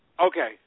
Okay